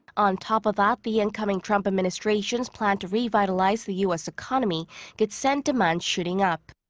on top of that, the incoming trump administration's plan to revitalize the u s. economy could send demand shooting up.